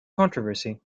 controversy